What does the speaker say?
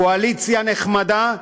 קואליציה נחמדה,